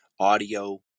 audio